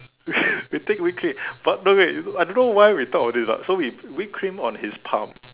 we take whipped cream but no wait I don't know why we thought of this but so whi~ whipped cream on his palm